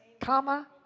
comma